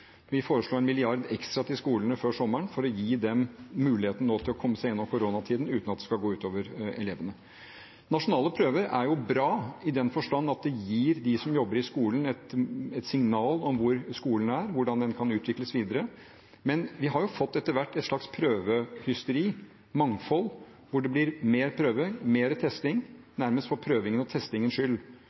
Vi foreslo en milliard ekstra til skolene før sommeren for å gi dem muligheten til å komme seg gjennom koronatiden uten at det går ut over elevene. Nasjonale prøver er bra i den forstand at det gir dem som jobber i skolen, et signal om hvor skolen er, og hvordan den kan utvikles videre. Men vi har etter hvert fått et slags prøvehysteri, mangfold, der det blir flere prøver, mer testing, nærmest for prøvenes og testingens skyld.